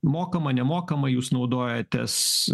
mokama nemokama jūs naudojatės